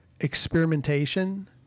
experimentation